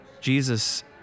Jesus